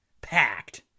packed